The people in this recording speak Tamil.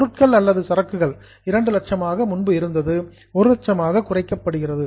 பொருட்கள் அல்லது சரக்குகள் 200000 ஆக முன்பு இருந்தது 100000 ஆக குறைக்கப்படுகிறது